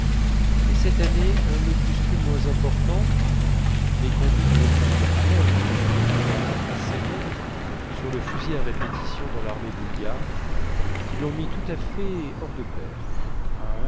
et cette année un opuscule moins important mais conduit d'une plume alerte parfois même acérée sur le fusil à répétition dans l'armée bulgare qui l'ont mis tout à fait hors de pair